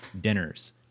dinners